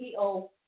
CEO